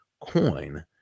coin